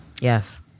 Yes